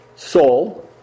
Soul